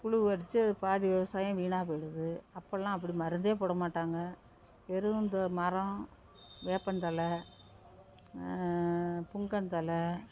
புழு அரிச்சி அது பாதி விவசாயம் வீணாக போயிடுது அப்போலாம் அப்படி மருந்தே போடமாட்டாங்க வெறும் இந்த மரம் வேப்பந்தலை புங்கந்தலை